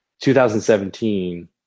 2017